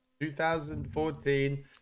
2014